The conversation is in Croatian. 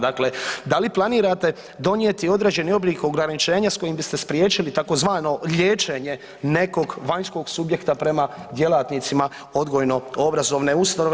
Dakle, da li planirate donijeti određeni oblik ograničenja s kojim biste spriječili tzv. liječenje nekog vanjskog subjekta prema djelatnicima odgojno obrazovne ustanove.